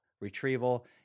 retrieval